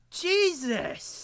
jesus